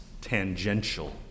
TANGENTIAL